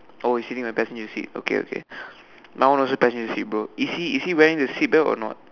oh he's sitting on the passenger seat okay okay my one also passenger seat bro is he is he wearing the seat belt or not